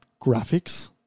graphics